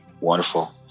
Wonderful